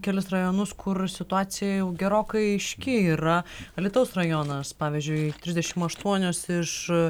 kelis rajonus kur situacija jau gerokai aiški yra alytaus rajonas pavyzdžiui trisdešimt aštuonios iš